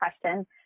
question